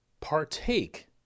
partake